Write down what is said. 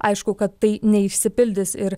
aišku kad tai neišsipildys ir